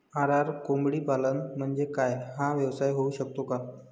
RR कोंबडीपालन म्हणजे काय? हा व्यवसाय होऊ शकतो का?